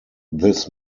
this